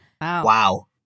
Wow